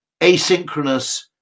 asynchronous